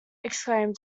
exclaimed